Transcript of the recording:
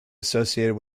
associated